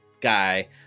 guy